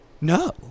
No